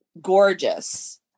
gorgeous